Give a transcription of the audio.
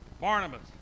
Barnabas